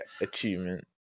achievement